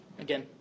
again